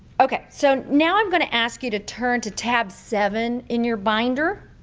okay. so now, i'm going to ask you to turn to tab seven in your binder.